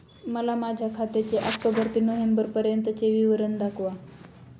मला माझ्या खात्याचे ऑक्टोबर ते नोव्हेंबर पर्यंतचे विवरण दाखवा